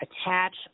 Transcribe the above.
attach